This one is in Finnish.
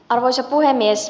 arvoisa puhemies